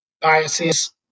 biases